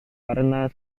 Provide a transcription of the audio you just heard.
karena